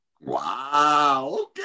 Wow